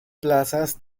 plazas